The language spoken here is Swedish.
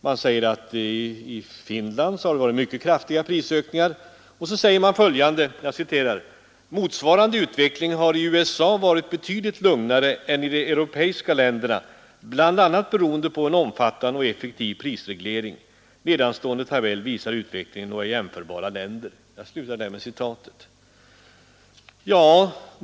Man anför att det i Finland främst inom livsmedelsområdet varit mycket kraftiga prisstegringar men säger vidare följande: ”Motsvarande utveckling har i USA varit betydligt lugnare än i de europeiska länderna, bl.a. beroende på en omfattande och effektiv prisreglering.” En tabell från statens prisoch kartellnämnd åberopas.